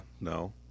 No